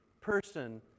person